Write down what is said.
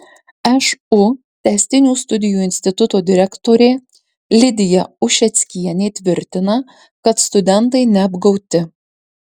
šu tęstinių studijų instituto direktorė lidija ušeckienė tvirtina kad studentai neapgauti